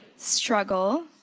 struggle.